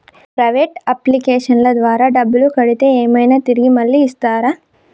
Private అప్లికేషన్ల ద్వారా డబ్బులు కడితే ఏమైనా తిరిగి మళ్ళీ ఇస్తరా?